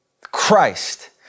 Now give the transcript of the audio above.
Christ